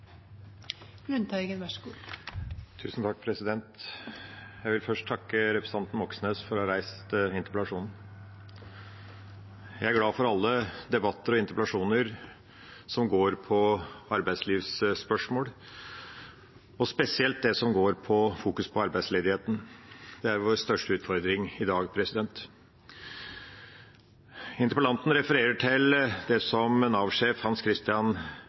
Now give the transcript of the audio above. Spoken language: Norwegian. Moxnes for å ha reist interpellasjonen. Jeg er glad for alle debatter og interpellasjoner som gjelder arbeidslivsspørsmål, og spesielt de som fokuserer på arbeidsledighet. Det er vår største utfordring i dag. Interpellanten refererer til det som Nav-sjef Hans Christian